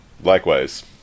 Likewise